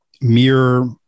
mere